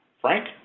Frank